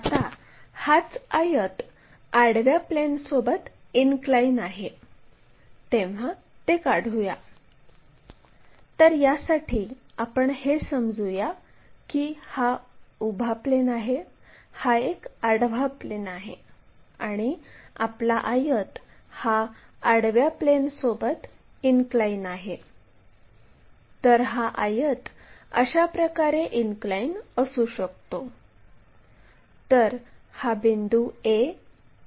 तर c ते d1 ही खरी लांबी होईल आणि हा कोन खरा कोन आहे त्याचप्रमाणे आडव्या अक्षासोबत लाईन c ते d1 ही खरा कोन फाय हा बनवित आहे